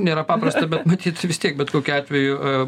nėra paprasta bet matyt vis tiek bet kokiu atveju